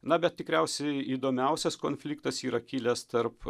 na bet tikriausiai įdomiausias konfliktas yra kilęs tarp